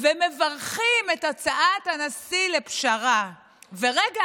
ומברכים על הצעת הנשיא לפשרה ברגע אחד,